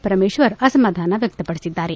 ಪರಮೇಶ್ವರ್ ಅಸಮಾಧಾನ ವ್ಯಕ್ತಪಡಿಸಿದ್ದಾರೆ